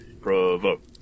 Provoke